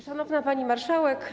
Szanowna Pani Marszałek!